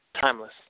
Timeless